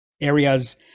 areas